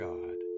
God